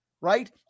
right